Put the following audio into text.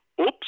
oops